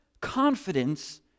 confidence